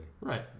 Right